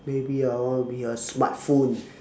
maybe I want to be a smart phone